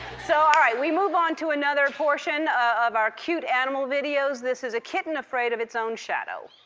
so, all right, we move on to another portion of our cute animal videos. this is a kitten afraid of its own shadow.